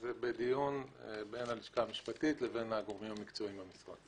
זה בדיון בין הלשכה המשפטית לבין הגורמים המקצועיים במשרד.